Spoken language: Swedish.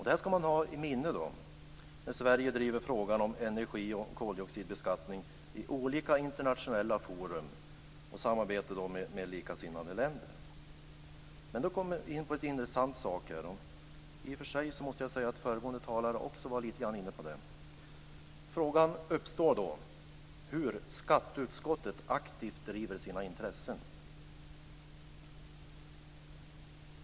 Detta skall man ha i minnet när Sverige driver frågan om en energi och koldioxidbeskattning i olika internationella forum och i samarbete med likasinnade länder. Men då kommer man in på en intressant sak, och i och för sig måste jag säga att föregående talare också var lite grand inne på det. Frågan uppstår hur skatteutskottet aktivt driver sina intressen.